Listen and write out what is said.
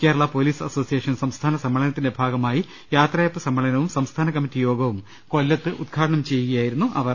Kerala police association സംസ്ഥാന സമ്മേളനത്തിന്റെ ഭാഗമായി യാത്രയയപ്പ് സമ്മേളനവും സംസ്ഥാന കമ്മിറ്റി യോഗവും കൊല്ലത്ത് ഉദ്ഘാടനം ചെയ്യുകയായിരുന്നു അവർ